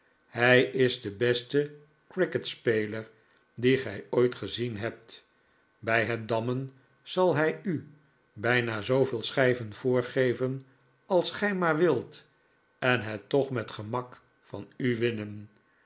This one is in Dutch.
hij is de beste cricketspeler dien gij ooit gezien hebt bij het dammen zal hij u bijna zooveel schijven voorgeven als gij maar wilt en het toch met gemak van u winnen